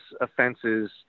offenses